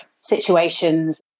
situations